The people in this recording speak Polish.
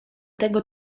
tego